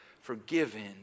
Forgiven